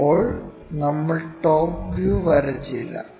ഇപ്പോൾ നമ്മൾ top view വരച്ചില്ല